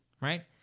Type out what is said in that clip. right